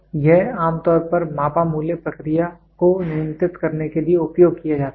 तो यह आम तौर पर मापा मूल्य प्रक्रिया को नियंत्रित करने के लिए उपयोग किया जाता है